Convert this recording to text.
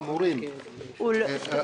אמורות להיות מופקעות ולא יודע על כך?